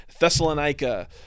Thessalonica